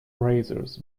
razors